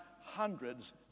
hundreds